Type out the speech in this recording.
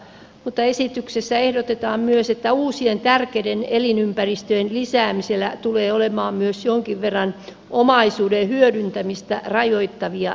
mutta esityksessä ehdotetaan myös että uusien tärkeiden elinympäristöjen lisäämisellä tulee olemaan myös jonkin verran omaisuuden hyödyntämistä rajoittavia tekijöitä